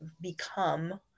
become